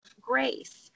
grace